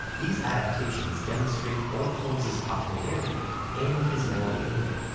these adaptations demonstrate both holmes's popularity and his malleability.